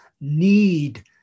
need